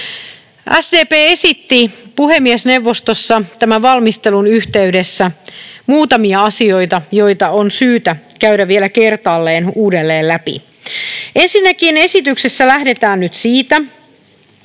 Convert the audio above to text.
SDP esitti puhemiesneuvostossa tämän valmistelun yhteydessä muutamia asioita, joita on syytä käydä vielä kertaalleen uudelleen läpi. Ensinnäkin esityksessä lähdetään nyt siitä,